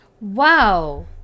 wow